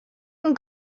and